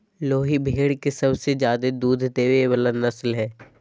लोही भेड़ के सबसे ज्यादे दूध देय वला नस्ल हइ